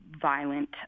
violent